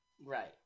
Right